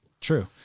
True